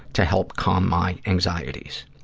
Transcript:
to help calm my anxieties.